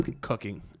cooking